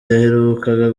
yaherukaga